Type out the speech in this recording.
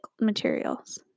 materials